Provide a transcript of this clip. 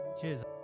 Cheers